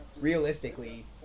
realistically